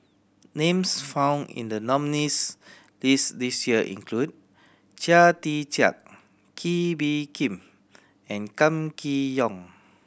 names found in the nominees' list this year include Chia Tee Chiak Kee Bee Khim and Kam Kee Yong